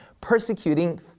persecuting